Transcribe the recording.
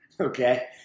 Okay